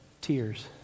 tears